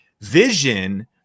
vision